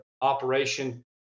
operation